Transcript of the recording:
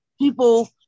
people